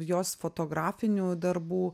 jos fotografinių darbų